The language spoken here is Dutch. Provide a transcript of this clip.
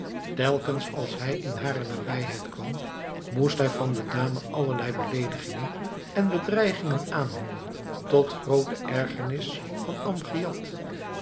telkens als hij in hare nabijheid kwam moest hij van de dame allerlei beleedigingen en bedreigingen aanhooren tot groote ergernis van amgiad